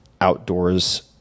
outdoors